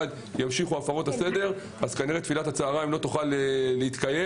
ימשיכו הפרות הסדר אז כנראה שתפילת הצהריים לא תוכל להתקיים.